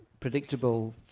predictable